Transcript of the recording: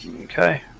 Okay